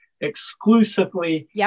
exclusively